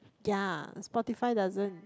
ya Spotify doesn't